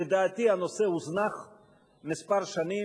לדעתי, הנושא הוזנח כמה שנים.